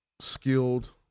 skilled